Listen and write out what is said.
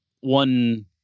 one